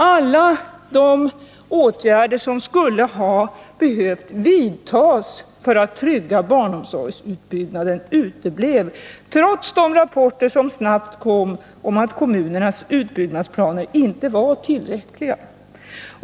Alla de åtgärder som skulle ha behövt vidtas för att trygga barnomsorgsutbyggnaden uteblev, trots de rapporter som snabbt kom om att kommunernas utbyggnadsplaner inte var tillräckliga.